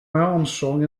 armstrong